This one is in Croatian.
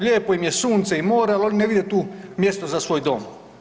Lijepo im je sunce i more, ali oni ne vide tu mjesto za svoj dom.